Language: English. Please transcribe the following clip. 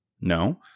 No